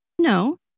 No